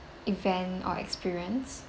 event or experience